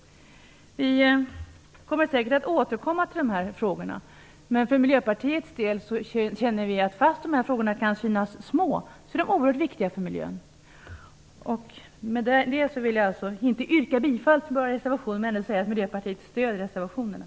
Vi återkommer säkert till de här frågorna, men vi i Miljöpartiet känner att de, trots att de synes vara små, är oerhört viktiga för miljön. Med det vill jag alltså säga att Miljöpartiet stöder reservationerna även om jag inte yrkar bifall till dem.